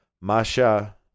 Masha